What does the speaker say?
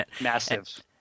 Massive